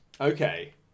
Okay